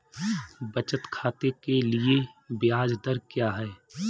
बचत खाते के लिए ब्याज दर क्या है?